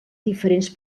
diferents